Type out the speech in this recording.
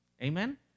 amen